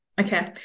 Okay